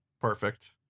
perfect